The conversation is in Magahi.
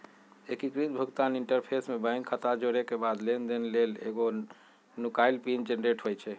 एकीकृत भुगतान इंटरफ़ेस में बैंक खता जोरेके बाद लेनदेन लेल एगो नुकाएल पिन जनरेट होइ छइ